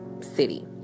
city